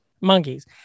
monkeys